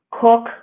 cook